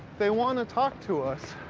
they want to talk to us.